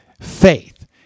faith